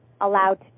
allowed